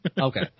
Okay